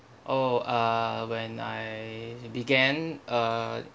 oh uh when I began uh